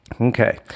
Okay